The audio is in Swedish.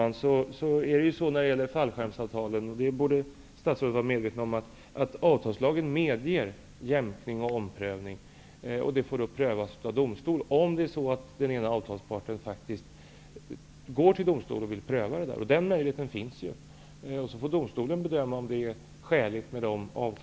När det gäller fallskärmsavtalen borde statsrådet vara medveten om att avtalslagen medger jämkning och omprövning. Parterna har möjlighet att begära prövning i domstol, som då får pröva om det aktuella avtalet är skäligt.